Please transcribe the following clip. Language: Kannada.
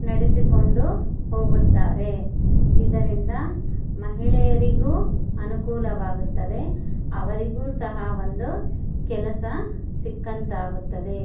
ನಡೆಸಿಕೊಂಡು ಹೋಗುತ್ತಾರೆ ಇದರಿಂದ ಮಹಿಳೆಯರಿಗೂ ಅನುಕೂಲವಾಗುತ್ತದೆ ಅವರಿಗೂ ಸಹ ಒಂದು ಕೆಲಸ ಸಿಕ್ಕಂತಾಗುತ್ತದೆ